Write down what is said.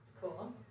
cool